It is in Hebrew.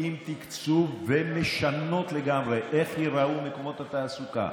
עם תקצוב ומשנות לגמרי את איך שייראו מקומות התעסוקה,